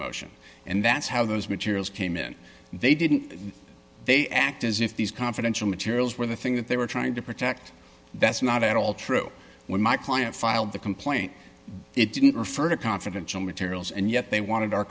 motion and that's how those materials came in they didn't they act as if these confidential materials were the thing that they were trying to protect that's not at all true when my client filed the complaint it didn't refer to confidential materials and yet they wanted our